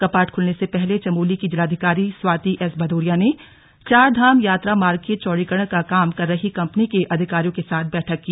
कपाट खुलने से पहले चमोली की जिलाधिकारी स्वाति एस भदौरिया ने चारधाम यात्रा मार्ग के चौड़ीकरण का काम कर रही कंपनी के अधिकारियों के साथ बैठक की